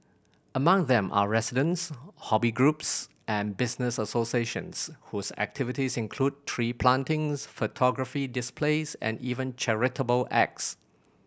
among them are residents hobby groups and business associations whose activities include tree plantings photography displays and even charitable acts